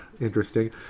interesting